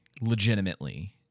legitimately